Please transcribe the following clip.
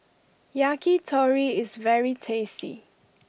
Yakitori is very tasty